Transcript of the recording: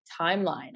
timeline